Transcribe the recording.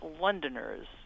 Londoners